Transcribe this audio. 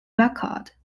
record